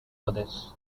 pradesh